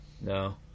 No